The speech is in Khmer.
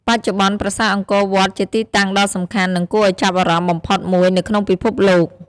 បច្ចុប្បន្ន ប្រាសាទអង្គរវត្តជាទីតាំងដ៏សំខាន់ និងគួរឱ្យចាប់អារម្មណ៍បំផុតមួយនៅក្នុងពិភពលោក។